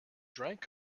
drank